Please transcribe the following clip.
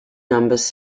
numbers